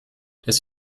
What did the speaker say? das